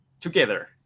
together